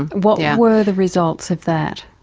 what were the results of that?